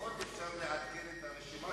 לפחות אפשר לעדכן את הרשימה?